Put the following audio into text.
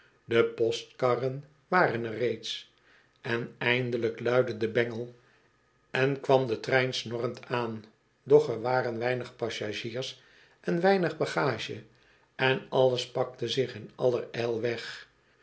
de postkarren waren er reeds en eindelijk luidde de bengel en kwam de trein snorrend aan doch er waren weinig passagiers en weinig bagage en alles pakte zich in allerijl weg